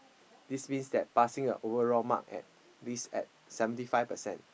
this means that passing the overall mark at this at seventy five percent